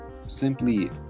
simply